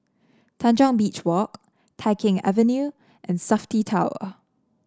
Tanjong Beach Walk Tai Keng Avenue and Safti Tower